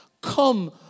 Come